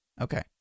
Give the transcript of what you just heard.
Okay